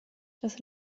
das